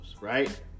right